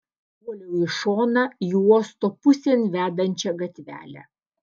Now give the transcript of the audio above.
puoliau į šoną į uosto pusėn vedančią gatvelę